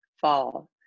fall